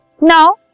Now